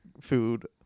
food